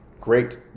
Great